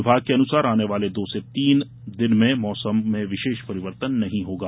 विभाग के अनुसार आनेवाले दो से तीन दिन मौसम में विशेष परिवर्तन नहीं होगा